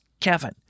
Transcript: Kevin